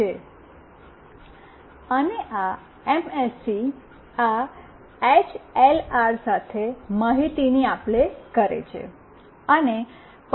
અને આ એમએસસી આ એચએલઆર સાથે માહિતીની આપલે કરે છે